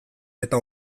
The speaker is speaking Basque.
eta